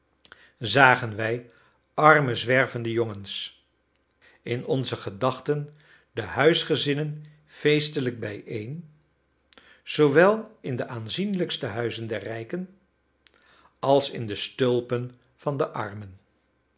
zagen wij arme zwervende jongens in onze gedachten de huisgezinnen feestelijk bijeen zoowel in de aanzienlijkste huizen der rijken als in de stulpen van de armen